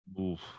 Oof